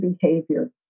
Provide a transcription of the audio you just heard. behavior